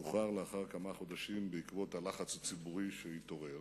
שוחרר לאחר כמה חודשים בעקבות הלחץ הציבורי שהתעורר.